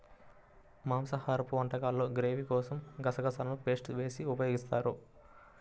మాంసాహరపు వంటకాల్లో గ్రేవీ కోసం గసగసాలను పేస్ట్ చేసి ఉపయోగిస్తారు